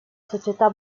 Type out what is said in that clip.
società